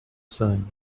sun